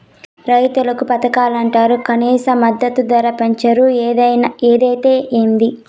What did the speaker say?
రైతులకి పథకాలంటరు కనీస మద్దతు ధర పెంచరు ఏదైతే ఏంది